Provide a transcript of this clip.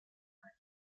size